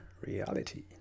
reality